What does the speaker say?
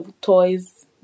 toys